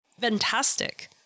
fantastic